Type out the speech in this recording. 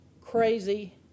crazy